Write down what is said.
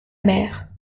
mère